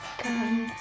come